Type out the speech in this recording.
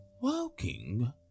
walking